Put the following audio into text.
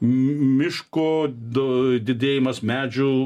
miško didėjimas medžių